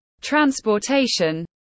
transportation